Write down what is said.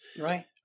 Right